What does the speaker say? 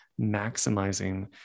maximizing